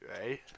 Right